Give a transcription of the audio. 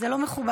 זה לא מכובד.